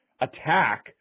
attack